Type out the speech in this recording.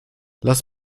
lass